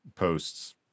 posts